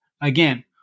Again